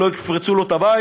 שלא יפרצו לו את הבית.